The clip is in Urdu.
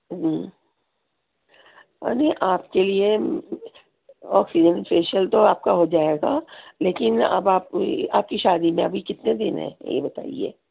جی اور یہ آپ کے لیے ایکسفلوایشن تو آپ کا ہو جائے گا لیکن اب آپ کی آپ کی شادی میں ابھی کتنے دن ہے یہ بتائیے